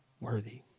worthy